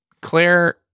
Claire